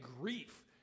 grief